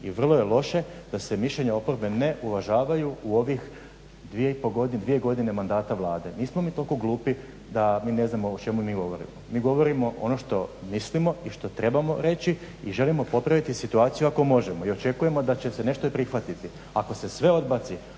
i vrlo je loše da se mišljenje oporbe ne uvažavaju u ovih 2 godine mandata vlade. Nismo mi toliko glupi da mi ne znamo o čemu mi govorimo. Mi govorimo ono što mislimo i što trebamo reći i želimo popraviti situaciju ako možemo i očekujemo da se će se nešto i prihvatiti. Ako se sve odbaci,